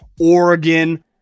Oregon